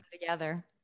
together